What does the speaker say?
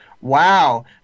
wow